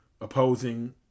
opposing